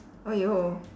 !aiyo!